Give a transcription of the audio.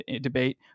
debate